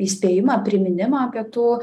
įspėjimą priminimą apie tų